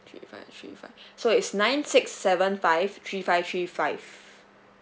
three five three five so it's nine six seven five three five three five